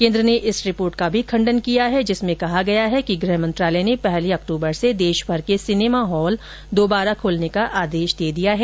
केन्द्र ने इस रिपोर्ट का भी खंडन किया है जिसमें कहा गया है कि गृह मंत्रालय ने पहली अक्टूबर से देशभर के सिनेमा हॉल दोबारा खोलने का आदेश दे दिया है